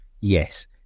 yes